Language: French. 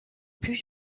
plus